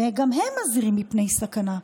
וגם הם מזהירים מפני סכנה,